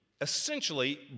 essentially